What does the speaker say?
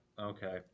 Okay